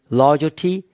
loyalty